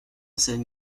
scène